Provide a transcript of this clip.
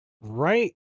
right